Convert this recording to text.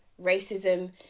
racism